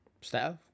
Staff